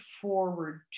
forward